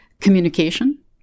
communication